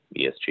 ESG